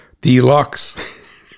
Deluxe